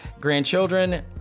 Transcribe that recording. grandchildren